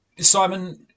Simon